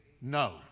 No